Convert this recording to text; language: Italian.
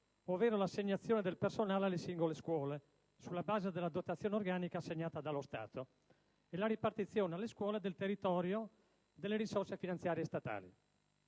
ovvero l'assegnazione del personale alle singole scuole (sulla base della dotazione organica assegnata dallo Stato) e la ripartizione alle scuole del territorio delle risorse finanziarie statali.